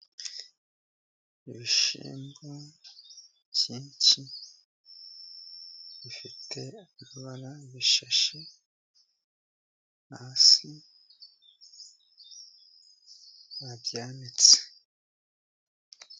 Ibishyimbo byinshi bifite ibara bishashe hasi babyanitse.